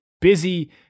busy